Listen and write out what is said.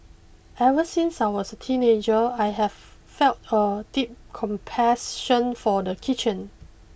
ever since I was a teenager I have felt a deep compassion for the kitchen